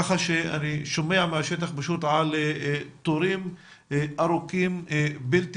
כך שאני שומע מהשטח על תורים ארוכים בלתי